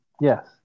Yes